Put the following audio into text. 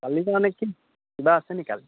কালি মানে কি কিবা আছে নেকি কালি